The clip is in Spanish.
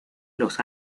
los